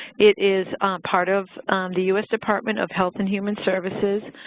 it is part of the u s. department of health and human services.